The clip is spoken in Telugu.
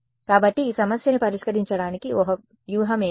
కాబట్టి ఈ సమస్యను పరిష్కరించడానికి ఒక వ్యూహం ఏమిటి